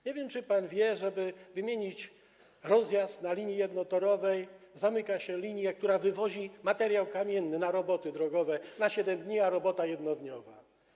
Nie wiem, czy pan wie, że aby wymienić rozjazd na linii jednotorowej, zamyka się linię, którą wywozi się materiał kamienny na roboty drogowe, na 7 dni, a robota jest jednodniowa.